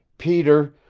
peter,